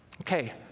Okay